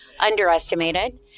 Underestimated